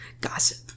gossip